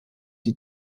die